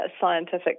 scientific